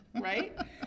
Right